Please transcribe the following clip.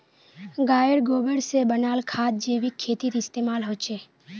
गायेर गोबर से बनाल खाद जैविक खेतीत इस्तेमाल होछे